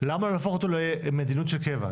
למה לא להפוך אותו למדיניות של קבע?